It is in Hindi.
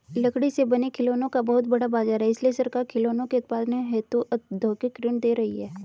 लकड़ी से बने खिलौनों का बहुत बड़ा बाजार है इसलिए सरकार खिलौनों के उत्पादन हेतु औद्योगिक ऋण दे रही है